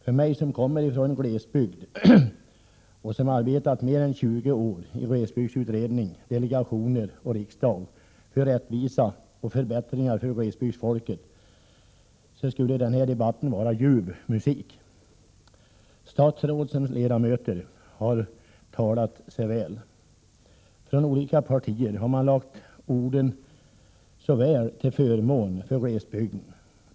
För mig, som kommer från en glesbygd och som i mer än 20 år i glesbygdsutredning, i delegationer och i riksdagen arbetat för rättvisa och förbättringar för glesbygdsfolket, borde den här debatten var ljuv musik: Statsråd och ledamöter har talat så väl. Från olika partier har man lagt orden så väl till förmån för glesbygden.